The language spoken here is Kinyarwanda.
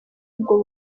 ubwo